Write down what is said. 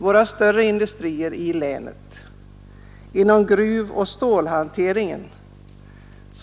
Våra större industrier inom gruvoch stålhanteringen